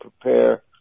prepare